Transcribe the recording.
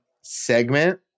segment